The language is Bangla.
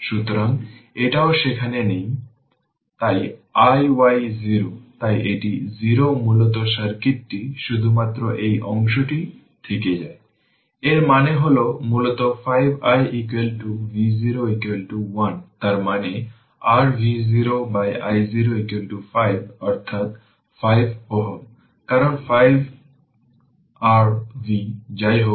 সুতরাং এটি ওপেন সার্কিট মানে এটি সেখানে নেই এবং এর মানে হল 10 Ω রেজিস্টেন্স এ কিছুই প্রবাহিত হচ্ছে না এবং শেষ পর্যন্ত এটির মধ্য দিয়ে একটি কারেন্ট প্রবাহিত হবে